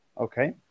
Okay